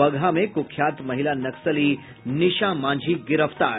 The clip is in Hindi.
बगहा में कुख्यात महिला नक्सली निशा मांझी गिरफ्तार